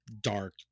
dark